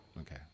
Okay